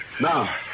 Now